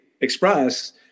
express